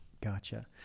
gotcha